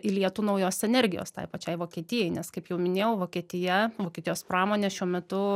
įlietų naujos energijos tai pačiai vokietijai nes kaip jau minėjau vokietija vokietijos pramonė šiuo metu